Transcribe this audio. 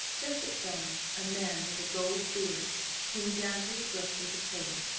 just at dawn, a man with a gold beard came down to the brook with a pail,